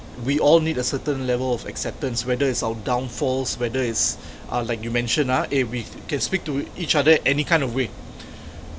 we all need a certain level of acceptance whether it's our down falls whether it's ah like you mention ah a wreath can speak to each other any kind of way